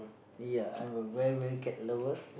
ya I'm a very very cat lover